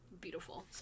beautiful